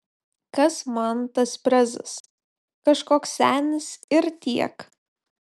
kas man tas prezas kažkoks senis ir tiek